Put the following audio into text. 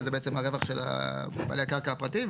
שזה בעצם הרווח של בעלי הקרקע הפרטיים.